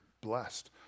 blessed